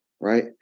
right